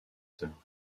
sœurs